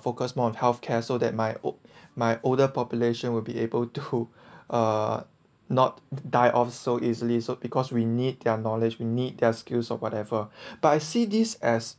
focus more on health care so that my o~ my older population will be able to uh not die off so easily so because we need their knowledge we need their skills or whatever but I see this as